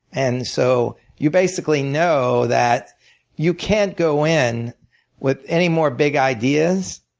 and so you basically know that you can't go in with anymore big ideas